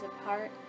apart